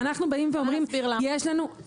אנחנו אומרים שיש לנו --- את יכולה להסביר למה?